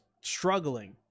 struggling